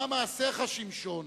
"'ומה מעשיך, שמשון?'